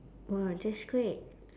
!wah! that's great